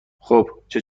خوبچه